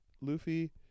Luffy